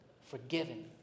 forgiven